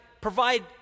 provide